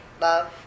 love